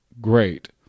Great